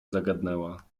zagadnęła